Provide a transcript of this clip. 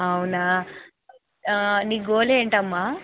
అవునా నీ గోల్ ఏంటమ్మా